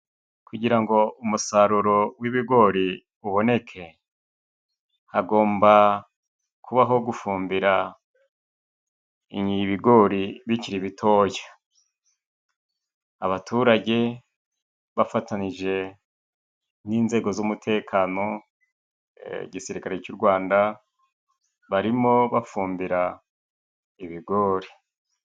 Kugira ngo umusaruro w'ibigori uboneke, hagomba kubaho gufumbira ibigori bikiri bitoya; abaturage bafatanyije n'inzego z'umutekano, igisirikare cy'u Rwanda barimo bafumbira ibigori.